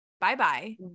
Bye-bye